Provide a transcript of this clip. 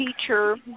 teacher